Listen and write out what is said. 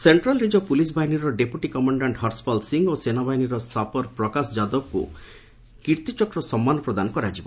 central reserve police ବାହିନୀର deputy commandant Harshpal Singh ଓ ସେନାବାହିନୀର ସାପର୍ ପ୍ରକାଶ ଯାଦବଙ୍କୁ କୀର୍ତ୍ତଚକ୍ର ସମ୍ମାନ ପ୍ରଦାନ କରାଯିବ